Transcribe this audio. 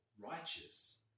righteous